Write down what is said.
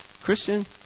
Christian